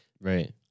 Right